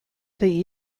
zei